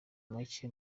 make